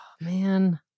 man